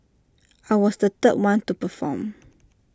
I was the third one to perform